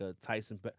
Tyson